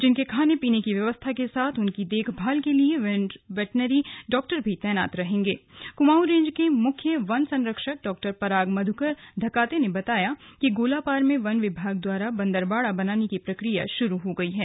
जिनके खाने पीने की व्यवस्था के साथ उनकी देखभाल के लिए वेटनरी डॉक्टर भी तैनात रहेंगेस कुमाऊं रेंज के मुख्य वन संरक्षक डॉ पराग मध्यकर धकाते ने बताया कि गोलापार में वन विभाग द्वारा बन्दरबाड़ा बनाने की प्रक्रिया शुरू हो गई है